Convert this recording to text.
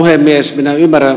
arvoisa puhemies